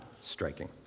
Striking